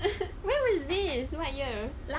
where was this what year